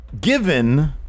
given